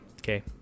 Okay